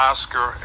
Oscar